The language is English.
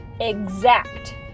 exact